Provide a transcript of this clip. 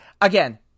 again